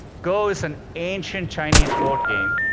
go is an ancient chinese board game.